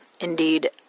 Indeed